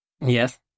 Yes